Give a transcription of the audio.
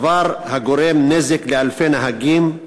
הדבר גורם נזק לאלפי נהגים,